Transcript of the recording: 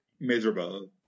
Miserable